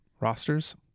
rosters